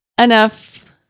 enough